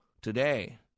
Today